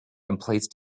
emplaced